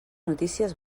notícies